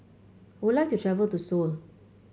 I would like to travel to Seoul